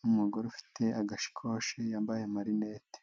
n'umugore ufite agashikoshi yambaye amarinete.